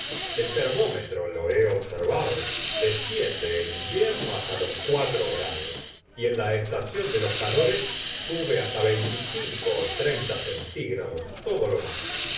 el termómetro lo he observado desciende en invierno hasta los grados y en la estación de los calores sube hasta ó centígrados todo lo más